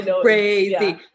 crazy